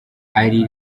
hari